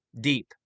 deep